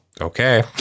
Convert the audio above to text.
okay